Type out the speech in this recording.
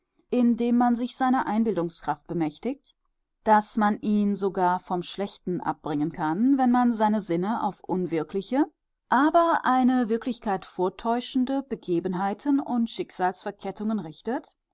indem man sich seiner einbildungskraft bemächtigt daß man ihn sogar vom schlechten abbringen kann wenn man seine sinne auf unwirkliche aber eine wirklichkeit vortäuschende begebenheiten und schicksalsverkettungen richtet